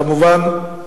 כמובן, המדינה,